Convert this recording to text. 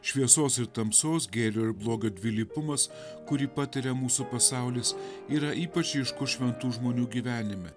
šviesos ir tamsos gėrio ir blogio dvilypumas kurį patiria mūsų pasaulis yra ypač ryškus šventų žmonių gyvenime